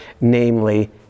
namely